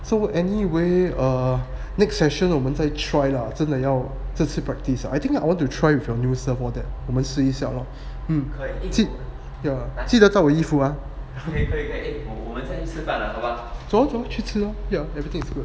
so any way err next session 我们再 try lah 真的吗这次 practice I think I want to try and from new serve all that 我们试一下咯 mm yeah 记得带我衣服啊走咯走咯去吃咯 everything is good